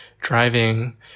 driving